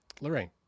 Lorraine